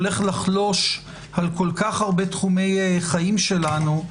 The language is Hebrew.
הולך לחלוש על כל כך הרבה תחומי חיים שלנו,